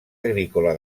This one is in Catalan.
agrícola